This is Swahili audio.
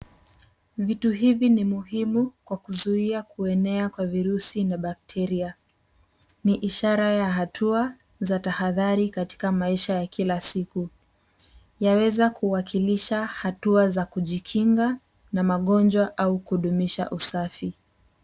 Vitu hivi ni muhimu kwa kuzuia kuenea kwa virusi na bakteria. Ni ishara ya hatua za tahadhari katika maisha ya kila siku. Yaweza kuwakilisha hatua za kujikinga na magonjwa au kudumisha usafi.